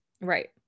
right